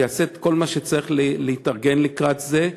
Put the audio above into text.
יעשה את כל מה שצריך כדי להתארגן לקראת זה,